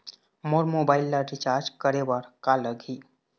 मोर mobile ला recharge करे बर का लगही?